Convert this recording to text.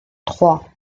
trois